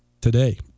today